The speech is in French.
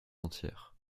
entière